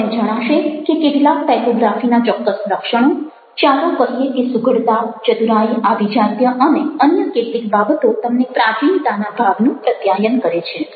તમને જણાશે કેટલાક ટાઇપોગ્રાફીના ચોક્કસ લક્ષણો ચાલો કહીએ કે સુઘડતા ચતુરાઈ આભિજાત્ય અને અન્ય કેટલીક બાબતો તમને પ્રાચીનતાના ભાવનું પ્રત્યાયન કરે છે